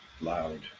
loud